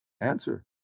Answer